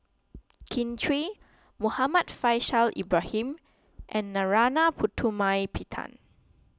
Kin Chui Muhammad Faishal Ibrahim and Narana Putumaippittan